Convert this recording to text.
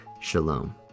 shalom